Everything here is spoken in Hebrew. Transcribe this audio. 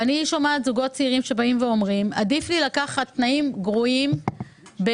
אני שומעת זוגות צעירים שאומרים: עדיף לי לקחת תנאים גרועים בקבוע,